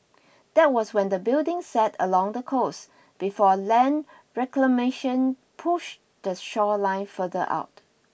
that was when the building sat along the coast before land reclamation push the shoreline further out